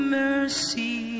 mercy